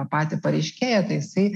patį pareiškėją tai jisai